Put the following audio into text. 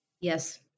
Yes